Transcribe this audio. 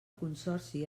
consorci